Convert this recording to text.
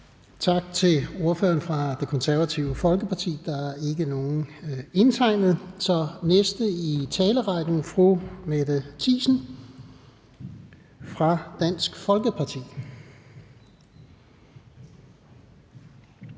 Tak til ordføreren fra Det Konservative Folkeparti. Der er ikke nogen indtegnet til korte bemærkninger, så den næste i talerækken er fru Mette Thiesen fra Dansk Folkeparti.